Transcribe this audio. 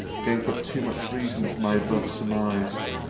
gave but too much reason for my above surmise.